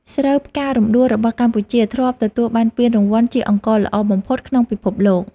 ស្រូវផ្ការំដួលរបស់កម្ពុជា ធ្លាប់ទទួលបានពានរង្វាន់ជាអង្ករល្អបំផុតក្នុងពិភពលោក។